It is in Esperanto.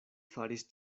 faris